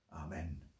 Amen